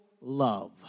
love